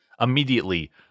Immediately